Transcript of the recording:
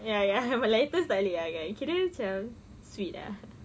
ya ya but letters tak boleh ah kira macam sweet ah